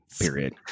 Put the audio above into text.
Period